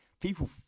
People